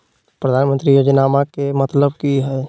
प्रधानमंत्री योजनामा के मतलब कि हय?